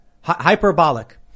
Hyperbolic